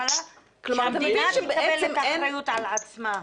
שהמדינה תקבל את האחריות על עצמה.